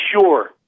sure